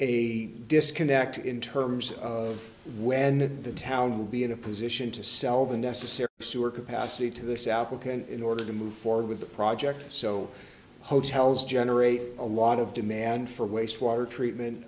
a disconnect in terms of when the town will be in a position to sell the necessary sewer capacity to the south a can in order to move forward with the project so hotels generate a lot of demand for wastewater treatment